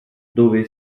dove